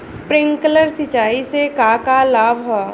Sprinkler सिंचाई से का का लाभ ह?